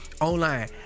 online